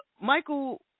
Michael